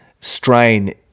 strain